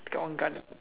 get one gun